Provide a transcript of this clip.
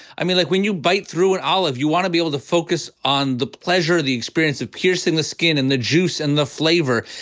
i mean like when you bite through an olive, you want to be able to focus on the pleasure or the experience of piercing the skin and the juice and the flavor.